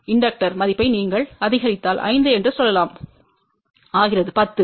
இண்டக்டர்களின் மதிப்பை நீங்கள் அதிகரித்தால் 5 என்று சொல்லலாம் ஆகிறது 10